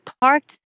parked